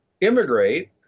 immigrate